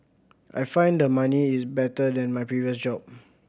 I find the money is better than my previous job